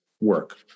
work